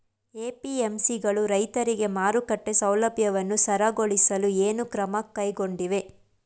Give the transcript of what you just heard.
APMC ಗಳು ರೈತರಿಗೆ ಮಾರುಕಟ್ಟೆ ಸೌಲಭ್ಯವನ್ನು ಸರಳಗೊಳಿಸಲು ಏನು ಕ್ರಮ ಕೈಗೊಂಡಿವೆ?